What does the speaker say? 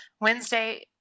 Wednesday